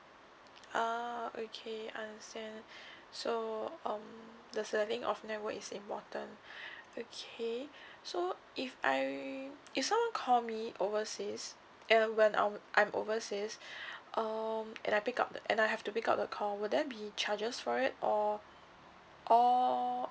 ah okay understand so um the selecting of network is important okay so if I if someone call me overseas err when I'm I'm overseas um and I pick up and I have to pick up the call will there be charges for it or or